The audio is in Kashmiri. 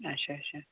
اچھا اچھا